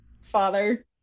father